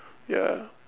ya